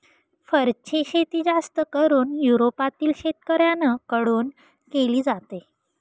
फरची शेती जास्त करून युरोपातील शेतकऱ्यांन कडून केली जाते